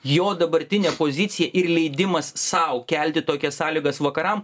jo dabartinė pozicija ir leidimas sau kelti tokias sąlygas vakaram